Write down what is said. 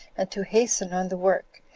and to hasten on the work,